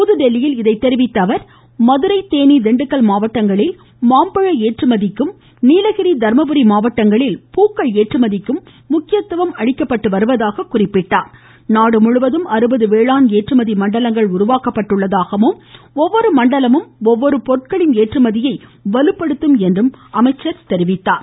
புதுதில்லியில் இதை தெரிவித்த அவர் மதுரை தேனி திண்டுக்கல் மாவட்டங்களில் மாம்பழ ஏற்றுமதிக்கும் நீலகிரி தருமபுரி மாவட்டங்களில் பூக்கள் ஏற்றுமதிக்கும் முக்கியத்துவம் அளித்து வருவதாகவும் கூறினார் முழுவதும் வேளாண் மண்டலங்கள் ஏற்றுமதி நாடு உருவாக்கப்பட்டுள்ளதாகவும் ஒவ்வொரு மண்டலமும் ஒவ்வொரு பொருட்களின் ஏற்றுமதியை வலுப்படுத்தும் என்றும் அமைச்சர் மேலும் தெரிவித்தார்